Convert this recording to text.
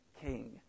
king